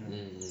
mm